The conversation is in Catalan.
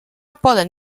poden